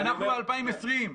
אנחנו ב-2020.